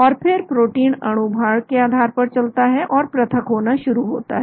और फिर प्रोटीन अणु भार के आधार पर चलता है और पृथक होना शुरू होता है